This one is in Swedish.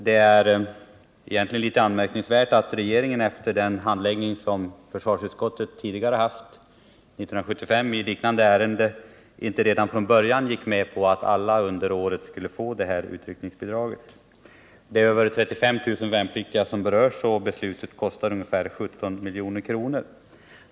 Det är egentligen litet anmärkningsvärt att regeringen efter försvarsutskottets handläggning av ett tidigare ärende 1975 inte redan från början föreslog att alla under året skulle få det här utryckningsbidraget. Det är över 35 000 värnpliktiga som berörs, och beslutet kostar ungefär 17 milj.kr.